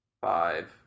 five